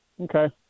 Okay